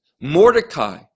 Mordecai